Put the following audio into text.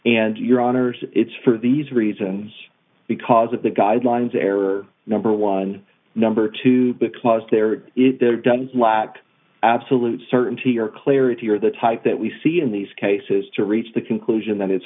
and your honors it's for these reasons because of the guidelines error number one number two because there is there does lack absolute certainty or clarity or the type that we see in these cases to reach the conclusion that it's